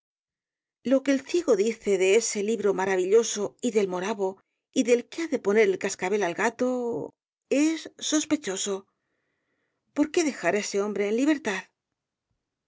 lo que el ciego dice de ese rosalía d e castro libro maravilloso y del moravo y del que ha de poner el cascabel al gato es sospechoso por qué dejar ese hombre en libertad